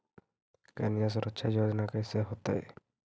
कन्या सुरक्षा योजना कैसे होतै?